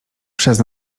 przez